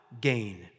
Gain